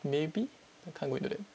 maybe